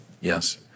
Yes